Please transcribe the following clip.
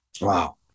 Wow